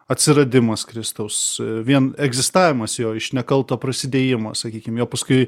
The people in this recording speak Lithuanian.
atsiradimas kristaus vien egzistavimas jo iš nekalto prasidėjimo sakykim jo paskui